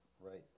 right